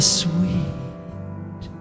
sweet